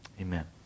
Amen